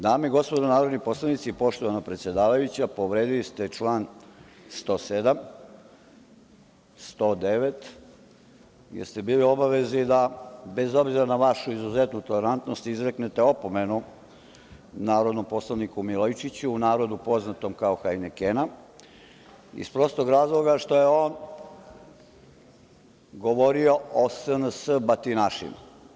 Dame i gospodo narodni poslanici, poštovana predsedavajuća, povredili ste čl. 107. i 109, jer ste bili u obavezi da, bez obzira na vašu izuzetnu tolerantnost, izreknete opomenu narodnom poslaniku Milojičiću, u narodu poznatom kao „Hajnekena“, iz prostog razloga što je on govorio o SNS batinašima.